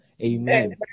Amen